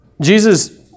Jesus